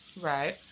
Right